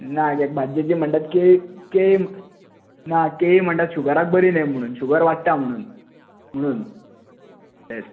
ना ते भाजयेची म्हणटात ते केळी केळी ना केळी म्हणटात शुगराक बरी न्हय शुगर वाडटात म्हणून तेंच